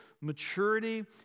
maturity